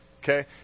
okay